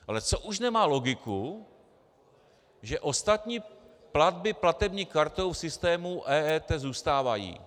Ale co už nemá logiku, že ostatní platby platební kartou v systému EET zůstávají.